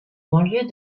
banlieue